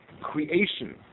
Creation